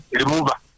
remover